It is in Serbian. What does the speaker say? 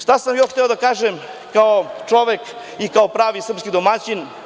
Šta sam još hteo da kažem kao čovek i kao pravi srpski domaćin.